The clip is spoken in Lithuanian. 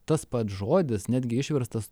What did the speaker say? tas pats žodis netgi išverstas